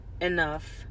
enough